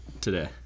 today